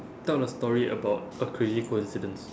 tell a story about a crazy coincidence